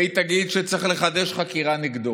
והיא תגיד שצריך לחדש חקירה נגדו.